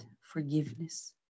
forgiveness